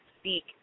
speak